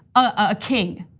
a king.